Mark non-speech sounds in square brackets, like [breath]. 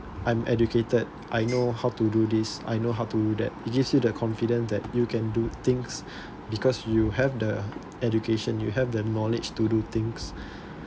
I'm educated I know how to do this I know how to do that it gives you the confident that you can do things [breath] because you have the education you have the knowledge to do things [breath]